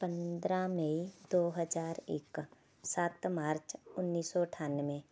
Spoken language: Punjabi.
ਪੰਦਰਾਂ ਮਈ ਦੋ ਹਜ਼ਾਰ ਇੱਕ ਸੱਤ ਮਾਰਚ ਉੱਨੀ ਸੌ ਅਠਾਨਵੇਂ